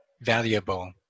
valuable